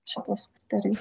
šituos kriterijus